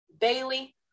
Bailey